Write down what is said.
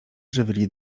żywili